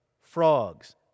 frogs